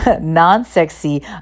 non-sexy